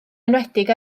enwedig